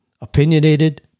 opinionated